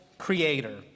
creator